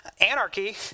anarchy